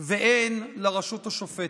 והן לרשות השופטת.